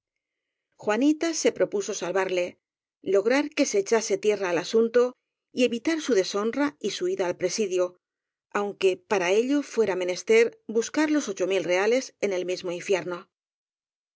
juanita se propuso salvarle lograr que se echase tierra al asunto y evitar su deshonra y su ida á presidio aunque para ello fuera menester buscar los ocho mil reales en el mismo infierno